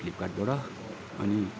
फ्लिपकार्टबाट अनि